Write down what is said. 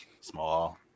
small